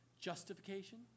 Justification